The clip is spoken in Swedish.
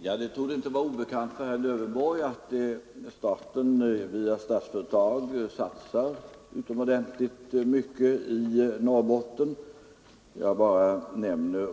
Herr talman! Det torde inte vara obekant för herr Lövenborg att staten via Statsföretag satsar utomordentligt mycket i Norrbotten. Jag bara nämner